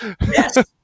Yes